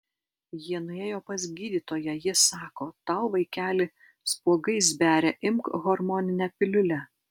jie nuėjo pas gydytoją ji sako tau vaikeli spuogais beria imk hormoninę piliulę